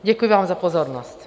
Děkuji vám za pozornost.